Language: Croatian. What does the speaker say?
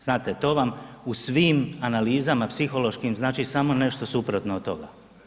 Znate, to vam u svim analizama psihološkim znači samo nešto suprotno od toga.